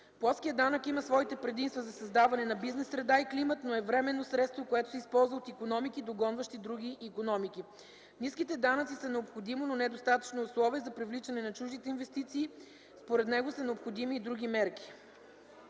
Плоският данък има своите предимства за създаване на бизнес среда и климат, но е временно средство, което се използва от икономики, догонващи други икономики. Ниските данъци са необходимо, но не достатъчно условие за привличане на чуждите инвестиции, според него са необходими и други мерки.